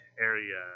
area